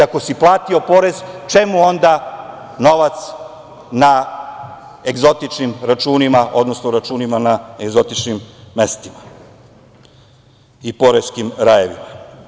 Ako si platio porez, čemu onda novac na egzotičnim računima, odnosno računima na egzotičnim mestima i poreskim rajevima?